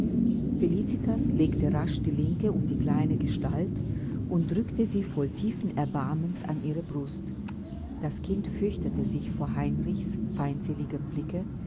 felicitas legte rasch die linke um die kleine gestalt und drückte sie voll tiefen erbarmens an ihre brust das kind fürchtete sich vor heinrichs feindseligem blicke